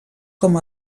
com